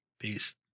Peace